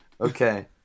Okay